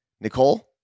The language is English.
Nicole